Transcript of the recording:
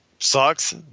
sucks